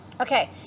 Okay